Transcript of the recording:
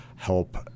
help